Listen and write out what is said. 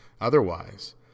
otherwise